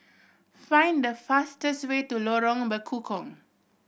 find the fastest way to Lorong Bekukong